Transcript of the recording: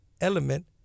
element